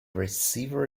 receiver